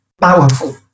powerful